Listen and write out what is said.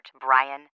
Brian